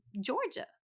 Georgia